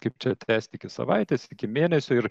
kaip čia tęsti iki savaitės iki mėnesio ir